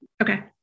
Okay